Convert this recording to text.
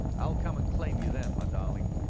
i will come and claim you then, my darling.